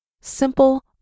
simple